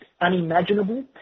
unimaginable